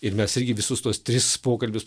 ir mes irgi visus tuos tris pokalbius